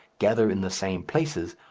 gather in the same places,